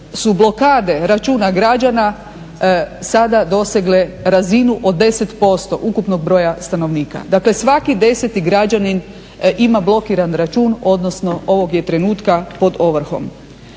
su blokade računa građana sada dosegle razinu od 10% ukupnog broja stanovnika. Dakle, svaki deseti građanin ima blokiran račun odnosno ovog je trenutka pod ovrhom